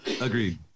agreed